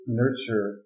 nurture